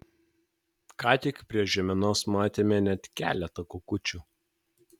ką tik prie žeimenos matėme net keletą kukučių